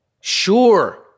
Sure